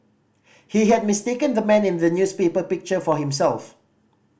he had mistaken the man in the newspaper picture for himself